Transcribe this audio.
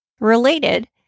Related